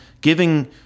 giving